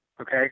okay